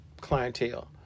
clientele